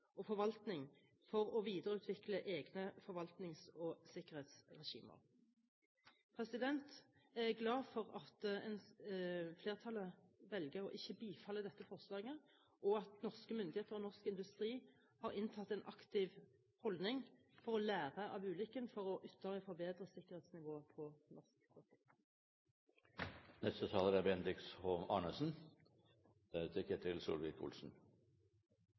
og forvaltning for å videreutvikle egne forvaltnings- og sikkerhetsregimer. Jeg er glad for at flertallet velger å ikke bifalle dette forslaget, og at norske myndigheter og norsk industri har inntatt en aktiv holdning for å lære av ulykken for ytterligere å forbedre sikkerhetsnivået på norsk sokkel. Jeg slutter meg til saksordførerens redegjørelse og synes også det er